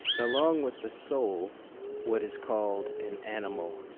and along with the soul what is called an animal